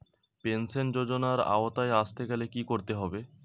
Pension যজোনার আওতায় আসতে গেলে কি করতে হবে?